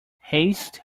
haste